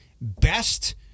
best